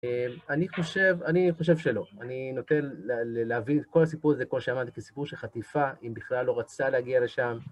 אני חושב, אני חושב שלא, אני נוטה להבין את כל הסיפור הזה, כל שאמרתי, כסיפור שחטיפה, אם בכלל לא רצתה להגיע לשם.